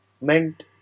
meant